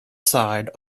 side